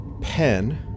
pen